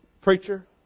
Preacher